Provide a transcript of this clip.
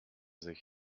sich